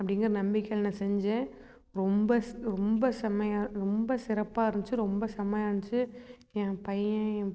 அப்படிங்கிற நம்பிக்கையில் நான் செஞ்சேன் ரொம்ப ஸ் ரொம்ப செம்மையா ரொம்ப சிறப்பாக இருந்துச்சி ரொம்ப செம்மையா இருந்துச்சி என் பையன் என்